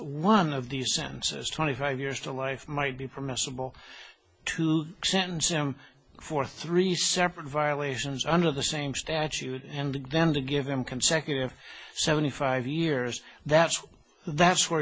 sentences twenty five years to life might be permissible to sentence him for three separate violations under the same statute and then to give him consecutive seventy five years that's that's where